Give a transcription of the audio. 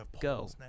Go